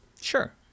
Sure